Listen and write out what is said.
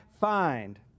find